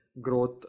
growth